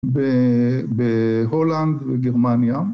בהולנד וגרמניה